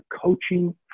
coaching